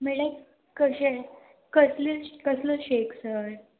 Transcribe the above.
म्हळ्यार कशें कसल्यो कसल्यो शेक सर